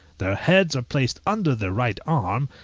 their heads are placed under their right arm,